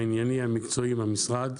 הענייני והמקצועי עם המשרד.